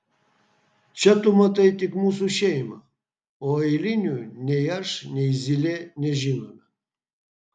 čia tu matai tik mūsų šeimą o eilinių nei aš nei zylė nežinome